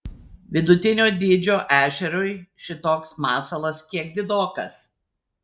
vidutinio dydžio ešeriui šitoks masalas kiek didokas